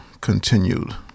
continued